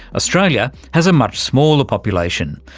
australia has a much smaller population,